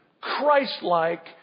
Christ-like